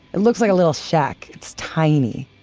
it looks like a little shack, it's tiny.